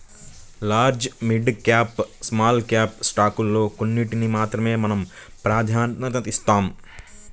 large, mid cap, small cap స్టాకుల్లో కొన్నిటికి మాత్రమే మనం ప్రాధన్యతనిస్తాం